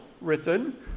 written